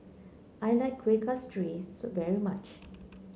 I like Kueh Kasturi very much